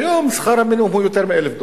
היום שכר המינימום הוא יותר מ-1,000 דולר,